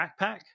backpack